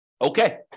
Okay